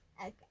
Okay